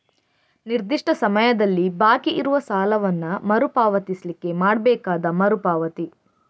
ನಿರ್ದಿಷ್ಟ ಸಮಯದಲ್ಲಿ ಬಾಕಿ ಇರುವ ಸಾಲವನ್ನ ಮರು ಪಾವತಿಸ್ಲಿಕ್ಕೆ ಮಾಡ್ಬೇಕಾದ ಮರು ಪಾವತಿ